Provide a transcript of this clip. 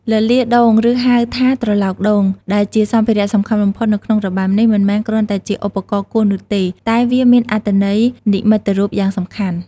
លលាដ៍ដូង ឬហៅថាត្រឡោកដូង ដែលជាសម្ភារៈសំខាន់បំផុតនៅក្នុងរបាំនេះ មិនមែនគ្រាន់តែជាឧបករណ៍គោះនោះទេ តែវាមានអត្ថន័យនិមិត្តរូបយ៉ាងសំខាន់។